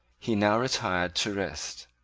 he now retired to rest.